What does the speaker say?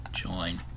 join